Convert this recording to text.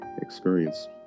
experience